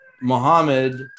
Muhammad